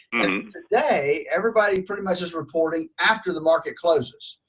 and today everybody pretty much is reporting after the market closes.